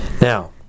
Now